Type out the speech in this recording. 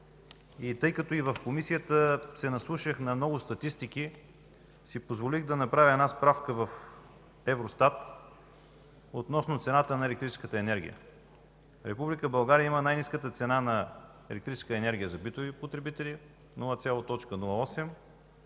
Тъй като в Комисията се наслушах на много статистики, си позволих да направя справка в Евростат относно цената на електрическата енергия. Република България има най-ниската цена на електрическата енергия за битови потребители – 0,08